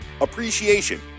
Appreciation